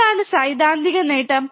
എന്താണ് സൈദ്ധാന്തിക നേട്ടം